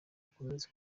akomeze